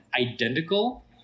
identical